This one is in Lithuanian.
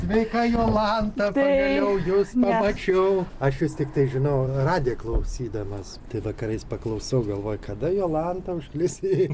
sveika jolanta pagaliau jus pamačiau aš jus tiktai žinau radiją klausydamas tai vakarais paklausau galvoju kada jolanta užklys į